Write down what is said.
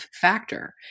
factor